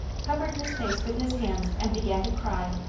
covered his face with his hands and began to cry,